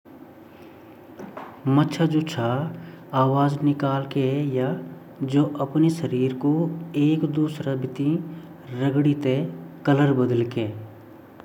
मछली जो छिन उ आपस मा बहुत तरह से बात कन जन उ आपस मा मछलिया ते क्लिक कन अर क्वी क्वी कन अर चीख भी गान अर उ कई बार न गाना भी गन्दा ता उ अपरी बात दूसरा तक पहुंचोंदा छिन मछलयु ते चाहे इंसानु ते।